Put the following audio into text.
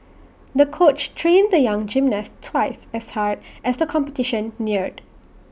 the coach trained the young gymnast twice as hard as the competition neared